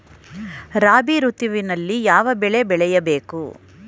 ರಾಬಿ ಋತುವಿನಲ್ಲಿ ಯಾವ ಬೆಳೆ ಬೆಳೆಯ ಬೇಕು?